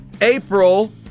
April